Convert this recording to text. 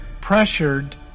pressured